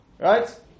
Right